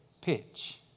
pitch